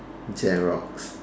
Xerox